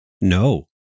No